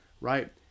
right